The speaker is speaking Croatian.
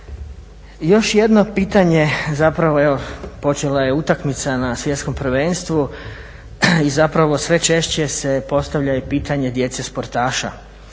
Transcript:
Još jedno pitanje zapravo evo počela je utakmica na svjetskom prvenstvu i sve češće se postavlja pitanje djece sportaša,